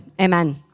Amen